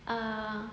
uh